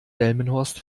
delmenhorst